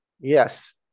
Yes